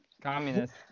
Communist